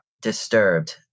disturbed